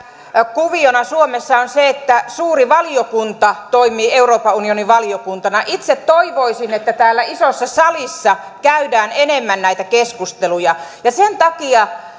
kuviona suomessa on se että suuri valiokunta toimii euroopan unioni valiokuntana itse toivoisin että täällä isossa salissa käydään enemmän näitä keskusteluja ja sen takia